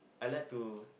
I like to